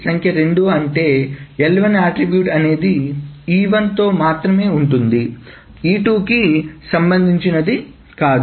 సంఖ్య 2 అంటే L1 attribute అనేది E1 తో మాత్రమే ఉంటుంది E2 కి సంబంధించినది కాదు